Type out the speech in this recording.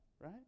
right